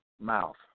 mouth